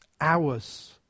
hours